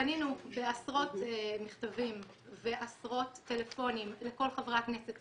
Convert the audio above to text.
פנינו בעשרות מכתבים ועשרות טלפונים לכל חברי הכנסת,